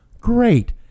Great